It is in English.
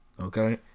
okay